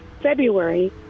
February